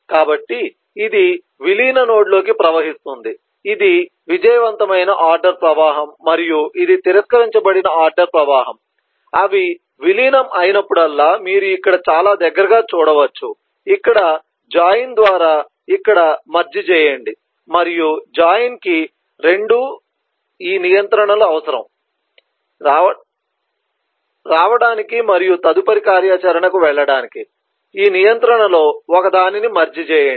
కాబట్టి ఇది విలీన నోడ్లోకి ప్రవహిస్తుంది ఇది విజయవంతమైన ఆర్డర్ ప్రవాహం మరియు ఇది తిరస్కరించబడిన ఆర్డర్ ప్రవాహం అవి విలీనం అయినప్పుడల్లా మీరు ఇక్కడ చాలా దగ్గరగా చూడవచ్చు ఇక్కడ జాయిన్ ద్వారా ఇక్కడ మెర్జ్ చేయండి మరియు జాయిన్ కి రెండూ ఈ నియంత్రణలు అవసరం రావడానికి మరియు తదుపరి కార్యాచరణకు వెళ్లడానికి ఈ నియంత్రణలో ఒకదానిని మెర్జ్ చేయండి